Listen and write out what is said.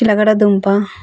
చిలగడ దంప